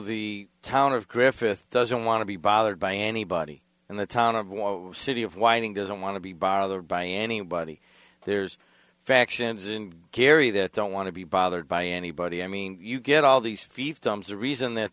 the town of griffith doesn't want to be bothered by anybody and the town of one city of whining doesn't want to be bothered by anybody there's factions in gary that don't want to be bothered by anybody i mean you get all these fiefdoms the reason that